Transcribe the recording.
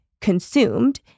consumed